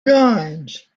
drawings